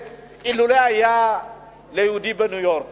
אילו רצה יהודי בניו-יורק